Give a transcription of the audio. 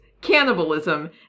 cannibalism